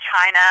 China